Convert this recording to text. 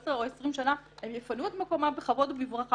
10 או 20 שנה הם יפנו את מקומם בכבוד ובברכה,